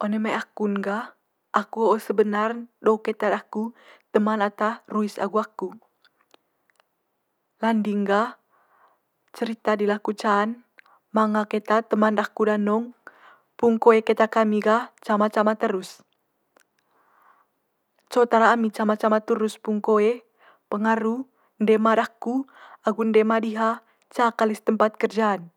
One mai aku'n gah, aku ho'o sebenar'n do keta daku teman ata ruis agu aku. Landing gah cerita di laku ca'n manga keta teman daku danong pung koe keta kami gah cama cama terus. Co tara ami cama cama terus pung koe pengaru ende ema daku agu ende ema diha ca kali's tempat kerja'n.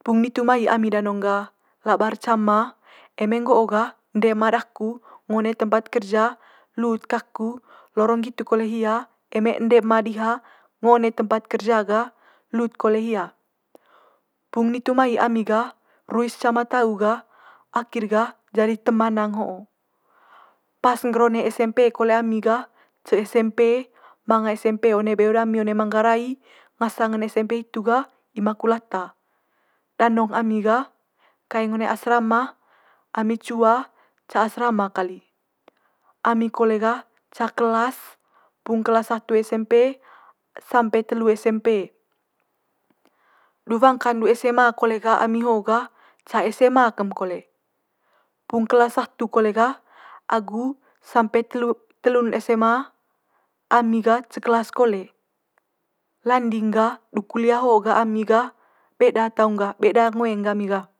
pung nitu mai ami danong gah labar cama eme nggo'o gah ende ema daku ngo one tempat kerja lut kaku lorong nggitu kole hia eme ende ema diha ngo one tempat kerja gah lut kole hia. Pung nitu mai ami gah ruis cama tau gah akhir gah jadi teman nang ho'o. Pas ngger one SMP kole ami gah ca SMP manga SMP one beo dami one manggarai ngasang ne SMP hitu gah imakulata. Danong ami gah kaeng one asrama ami cua ca asrama kali. Ami kole gah ca kelas pung kelas satu SMP sampe telu SMP. Du wangkan'n du SMA kole gah ami ho gah ca SMA kem kole, pung kelas satu kole gah agu sampe telu telu'n SMA ami gah ce kelas kole. Landing gah du kuliah ho gah ami gah beda taung gah beda ngoeng gami gah.